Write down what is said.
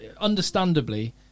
understandably